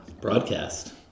broadcast